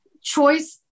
choice